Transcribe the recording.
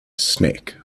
snake